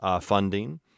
funding